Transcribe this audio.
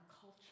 culture